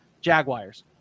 Jaguars